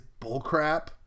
bullcrap